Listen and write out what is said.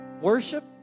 worship